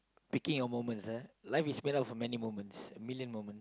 picking your moments ah life is made up of many moments a million moment